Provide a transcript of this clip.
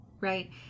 Right